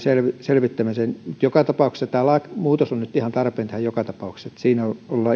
selvittämiseen mutta joka tapauksessa tämä lakimuutos on nyt ihan tarpeen tehdä siinä ollaan ihan